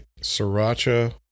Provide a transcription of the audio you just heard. Sriracha